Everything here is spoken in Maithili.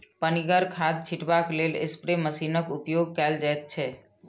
पनिगर खाद छीटबाक लेल स्प्रे मशीनक उपयोग कयल जाइत छै